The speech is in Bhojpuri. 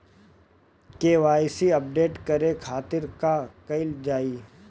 के.वाइ.सी अपडेट करे के खातिर का कइल जाइ?